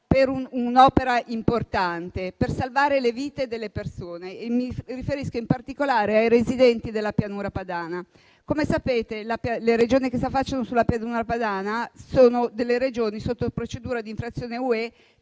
per un un'opera importante per salvare le vite delle persone. Mi riferisco in particolare ai residenti della Pianura Padana. Come sapete, le Regioni che si affacciano sulla Pianura Padana sono sotto procedura di infrazione UE